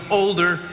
older